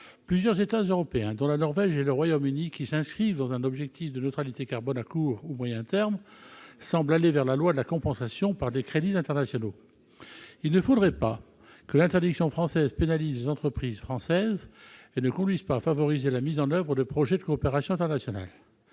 Plusieurs États européens, dont la Norvège et le Royaume-Uni, qui visent un objectif de neutralité carbone à court ou moyen terme, semblent s'engager dans la voie de la compensation par des crédits internationaux. Il ne faudrait pas que l'interdiction française pénalise nos entreprises et la mise en oeuvre de projets de coopération internationale.